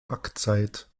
backzeit